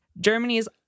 Germany's